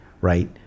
right